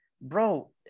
bro